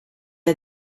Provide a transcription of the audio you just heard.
has